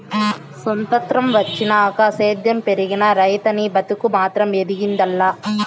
సొత్రంతం వచ్చినాక సేద్యం పెరిగినా, రైతనీ బతుకు మాత్రం ఎదిగింది లా